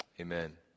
Amen